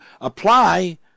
apply